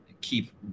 keep